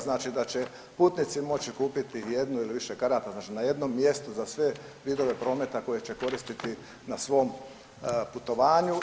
Znači da će putnici moći kupiti jednu ili više karata znači na jednom mjestu za sve vidove prometa koje će koristiti na svom putovanju.